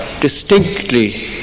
Distinctly